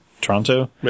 Toronto